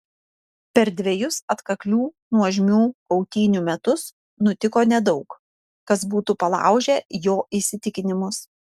per dvejus atkaklių nuožmių kautynių metus nutiko nedaug kas būtų palaužę jo įsitikinimus